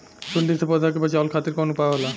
सुंडी से पौधा के बचावल खातिर कौन उपाय होला?